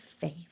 faith